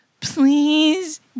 Please